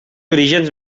orígens